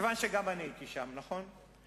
מכיוון שגם אני הייתי שם, נכון?